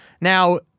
Now